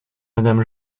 madame